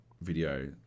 video